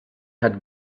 had